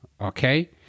Okay